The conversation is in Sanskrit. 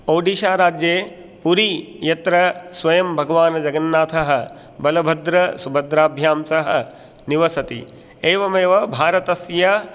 ओडिशाराज्ये पुरी यत्र स्वयं भगवान् जगन्नाथः बलभद्रसुभद्राभ्यां सह निवसति एवमेव भारतस्य